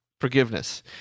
forgiveness